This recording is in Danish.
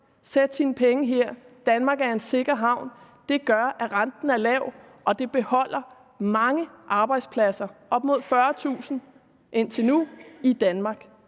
sætte sine penge her. Danmark er en sikker havn. Det gør, at renten er lav, og det gør, at mange arbejdspladser bliver i Danmark,